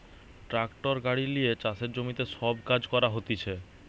tractor গাড়ি লিয়ে চাষের জমিতে সব কাজ করা হতিছে